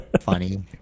Funny